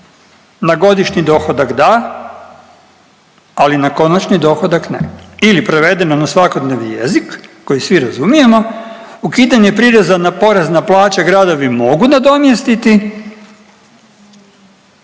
Na godišnji dohodak da, ali na konačni dohodak ne. Ili prevedeno na svakodnevni jezik koji svi razumijemo ukidanje prireza na porez na plaće gradovi mogu nadomjestiti,